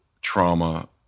trauma